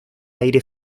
aire